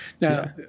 Now